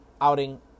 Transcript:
outing